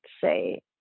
say